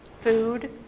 food